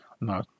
no